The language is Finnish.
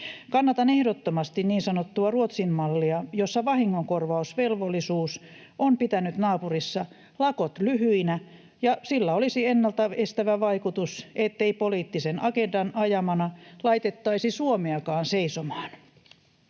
Kannatan ehdottomasti niin sanottua Ruotsin mallia, jossa vahingonkorvausvelvollisuus on pitänyt naapurissa lakot lyhyinä ja jolla olisi ennalta estävä vaikutus, ettei poliittisen agendan ajamana laitettaisi Suomeakaan seisomaan.